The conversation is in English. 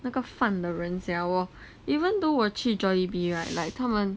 那个饭的人 sia 我 even though 我去 Jollibee right like 他们